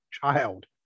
child